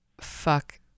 fuck